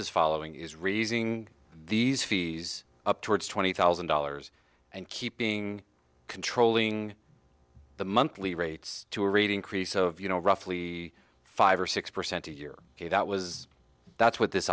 is following is raising these fees up towards twenty thousand dollars and keeping controlling the monthly rates to read increase of you know roughly five or six percent a year that was that's what this